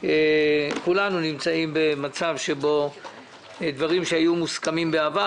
כולנו נמצאים במצב שבו דברים שהיו מוסכמים בעבר,